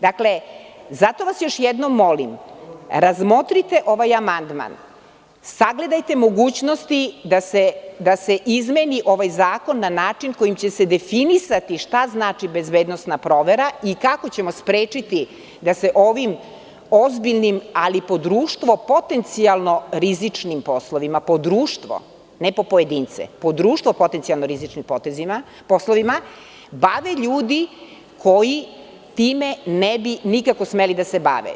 Zato vas još jednom molim, razmotrite ovaj amandman, sagledajte mogućnosti da se izmeni ovaj zakon na način kojim će se definisati šta znači bezbednosna provera i kako ćemo je sprečiti da se ovim ozbiljnim, ali po društvo potencijalno rizičnim poslovima, po društvo, ne po pojedince, po društvo potencijalno rizičnim poslovima, bave ljudi koji time ne bi nikako smeli da se bave.